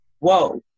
Whoa